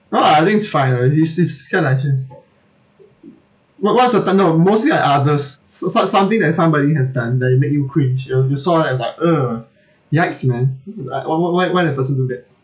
no ah I think it's fine ah this is kind of action wha~ what's the tunnel mostly like others s~ s~ some~ something that somebody has done that it make you cringe ya you saw like what uh yikes man like why why why why the person do that